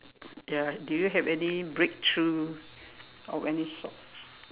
ya do you have any breakthrough of any sorts